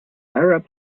arab